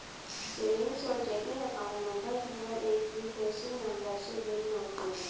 savings और checking account number केवल एक प्रीफेसिंग नंबर से भिन्न होते हैं